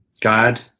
God